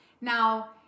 Now